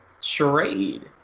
charade